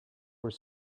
were